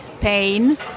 pain